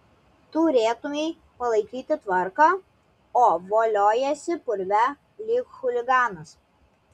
turėtumei palaikyti tvarką o voliojiesi purve lyg chuliganas